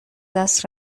دست